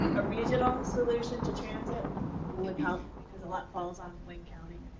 a regional solution to transit would help because a lot falls on wayne county.